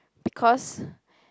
because